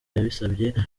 yabisabye